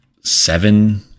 Seven